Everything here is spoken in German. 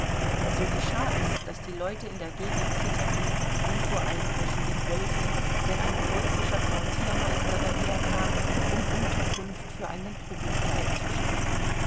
so geschah es daß die leute in der gegend zitterten wie vor einbrechenden wölfen wenn ein preußischer quartiermeister daher kam um unterkunft für einen truppenteil zu schaffen